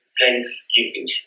thanksgiving